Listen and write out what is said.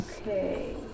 Okay